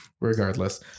regardless